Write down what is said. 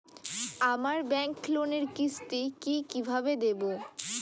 আমার ব্যাংক লোনের কিস্তি কি কিভাবে দেবো?